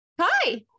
Hi